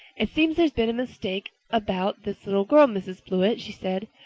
it seems there's been a mistake about this little girl, mrs. blewett, she said.